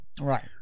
right